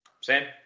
sam